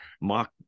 mock